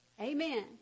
Amen